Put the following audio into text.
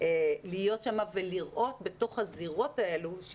להיות שם ולראות בתוך הזירות האלו,